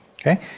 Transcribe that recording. okay